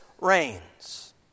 reigns